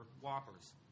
Whoppers